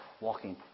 walking